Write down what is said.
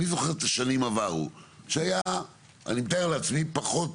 אני זוכר את השנים עברו שהיה אני מתאר לעצמי פחות